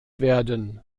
werden